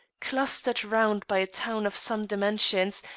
clustered round by a town of some dimensions,